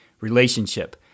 relationship